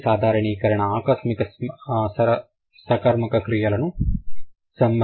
మొదటి సాధారణీకరణ అకర్మక సకర్మక క్రియలకు సంబంధించింది